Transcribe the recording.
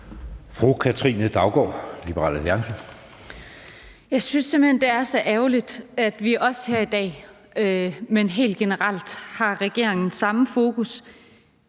Jeg synes simpelt hen, det er så ærgerligt, at regeringen her i dag, men også helt generelt, holder det samme fokus